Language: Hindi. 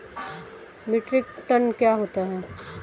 मीट्रिक टन क्या होता है?